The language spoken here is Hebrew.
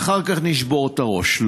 ואחר כך נשבור את הראש.